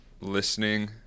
listening